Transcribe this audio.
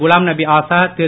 Ghulam Nabi Azad Thiru